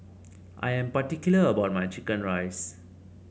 I am particular about my chicken rice